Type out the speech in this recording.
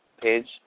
page